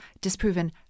disproven